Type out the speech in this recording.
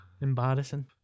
embarrassing